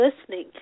listening